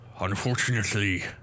unfortunately